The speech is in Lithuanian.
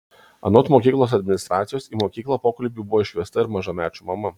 anot mokyklos administracijos į mokyklą pokalbiui buvo iškviesta ir mažamečių mama